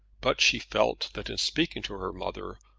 but she felt that, in speaking to her mother,